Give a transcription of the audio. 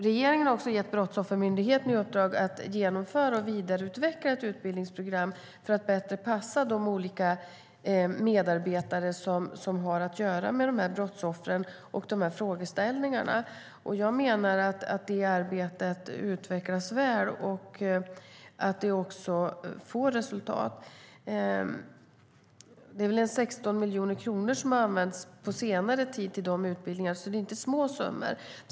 Regeringen har också gett Brottsoffermyndigheten i uppdrag att genomföra och vidareutveckla ett utbildningsprogram för att bättre passa de olika medarbetare som har att göra med de här brottsoffren och de här frågeställningarna. Jag menar att det arbetet utvecklas väl och att det också får resultat. Det är väl en 16 miljoner kronor som har använts på senare tid till de utbildningarna, så det är inte små summor.